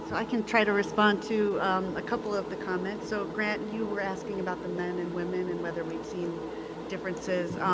so i can try to respond to a couple of the comments. so, grant you were asking about the men and women and whether we'd seen differences.